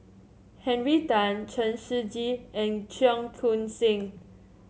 Henry Tan Chen Shiji and Cheong Koon Seng